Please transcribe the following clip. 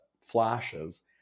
flashes